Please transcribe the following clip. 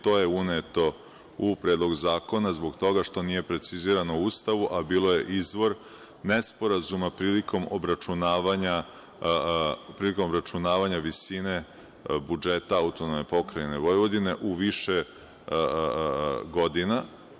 To je uneto u Predlog zakona, zbog toga što nije precizirano u Ustavu, a bio je izvor nesporazuma prilikom obračunavanja visine budžeta AP Vojvodine u više godina.